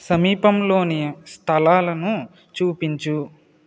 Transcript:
సమీపంలోని స్థలాలను చూపించు